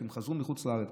כשהם חזרו מחוץ לארץ,